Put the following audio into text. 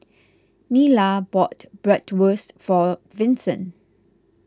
Nila bought Bratwurst for Vincent